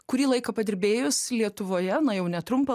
kurį laiką padirbėjus lietuvoje na jau netrumpą